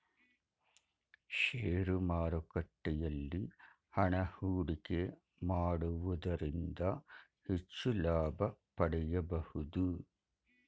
share ಮಾರುಕಟ್ಟೆಯಲ್ಲಿ ಹಣ ಹೂಡಿಕೆ ಮಾಡುವುದರಿಂದ ಹೆಚ್ಚು ಲಾಭ ಪಡೆಯಬಹುದು